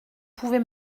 pouvez